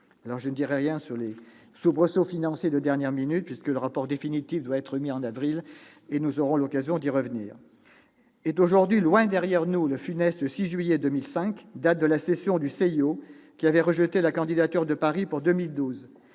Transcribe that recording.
Je ne dirai rien sur les soubresauts financiers de dernière minute. Puisque le rapport définitif doit être remis en avril prochain, nous aurons l'occasion d'y revenir. Est aujourd'hui loin dernière nous le funeste 6 juillet 2005, date de la session du CIO qui avait rejeté la candidature de Paris pour 2012.